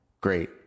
Great